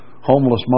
homeless